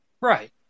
Right